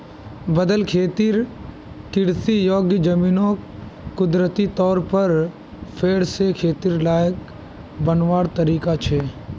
बदल खेतिर कृषि योग्य ज़मीनोक कुदरती तौर पर फेर से खेतिर लायक बनवार तरीका छे